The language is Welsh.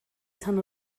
tan